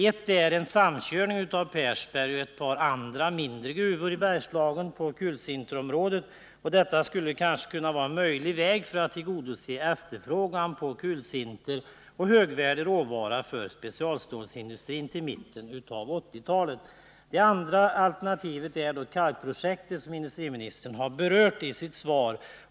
Ett alternativ är en samkörning av Persberg och ett par andra mindre gruvor på kulsinterområdet i Bergslagen. Detta skulle kanske kunna vara en möjlig väg för att tillgodose efterfrågan på kulsinter och högvärdig råvara för specialstålsindustrin till mitten av 1980-talet. Det andra alternativet är det kalkprojekt som industriministern har berört i sitt svar.